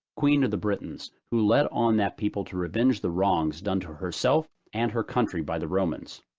queen of the britons, who led on that people to revenge the wrongs done to herself and her country by the romans.